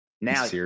now